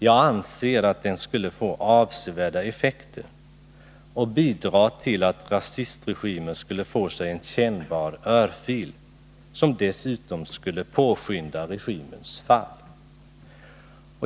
Jag anser att den skulle få avsevärda effekter och bidra till att rasistregimen skulle få sig en kännbar örfil, som dessutom skulle påskynda regimens fall.